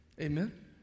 Amen